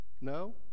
no